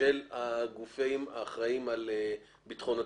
של הגופים האחראים על ביטחון הציבור.